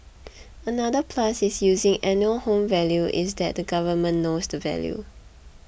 another plus in using annual home value is that the government knows the value